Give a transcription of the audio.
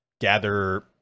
gather